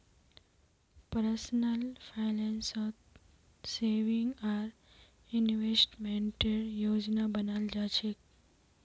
personal फाइनेंसत saving आर इन्वेस्टमेंटेर योजना बनाल जा छेक